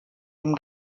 dem